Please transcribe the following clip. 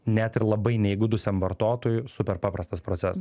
net ir labai neįgudusiam vartotojui super paprastas proces